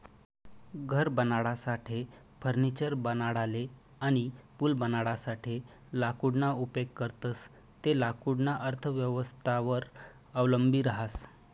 घर बनाडासाठे, फर्निचर बनाडाले अनी पूल बनाडासाठे लाकूडना उपेग करतंस ते लाकूडना अर्थव्यवस्थावर अवलंबी रहास